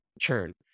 churn